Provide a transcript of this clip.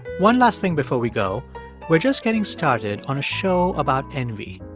one last thing before we go we're just getting started on a show about envy.